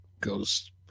goes